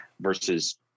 versus